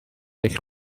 eich